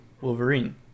Wolverine